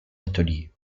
atelier